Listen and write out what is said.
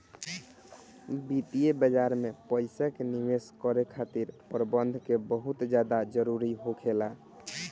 वित्तीय बाजार में पइसा के निवेश करे खातिर प्रबंधन के बहुत ज्यादा जरूरी होखेला